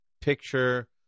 picture